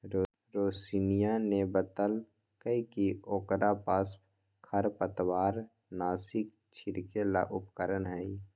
रोशिनीया ने बतल कई कि ओकरा पास खरपतवारनाशी छिड़के ला उपकरण हई